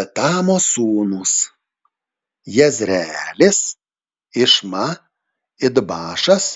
etamo sūnūs jezreelis išma idbašas